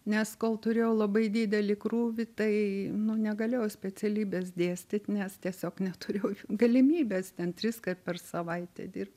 nes kol turėjau labai didelį krūvį tai nu negalėjau specialybės dėstyt nes tiesiog neturėjau galimybės ten triskart per savaitę dirbt